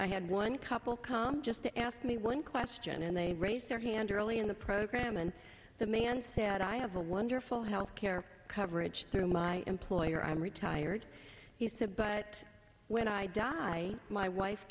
i had one couple come just to ask me one question and they raised their hand early in the program and the man said i have a wonderful health care coverage through my employer i'm retired he said but when i die my wife